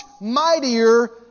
mightier